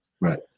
Right